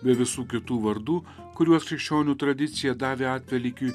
be visų kitų vardų kuriuos krikščionių tradicija davė atvelykiui